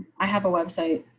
i have a website.